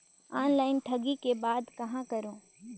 Online ठगी के बाद कहां करों?